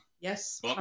yes